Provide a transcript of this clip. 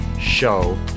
show